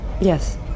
Yes